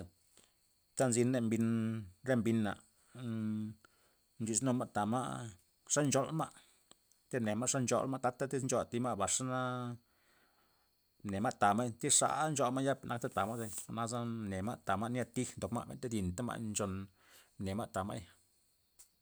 Ta nzin mbin re mbina ndodis numa' tama', xa ncholma', izne ma' ze ncholma' ta'ta tiz ncholma' thib ma' baxa na', ne ma' tama'y tiz xa mod ncholma' ya nakta tama' ya'i ze, jwa'naza mne ma' ta ma'i ni'a tij ndob ma' mbenta di'ntama' nchonta ma' ne ma' ta' ma'y.